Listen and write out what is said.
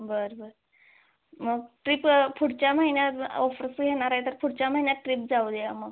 बरं बरं मग ट्रीप पुढच्या महिन्यात ऑफर्स येणार आहे तर मग पुढच्या महिन्यात ट्रीप जाऊ द्या मग